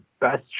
best